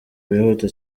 wihuta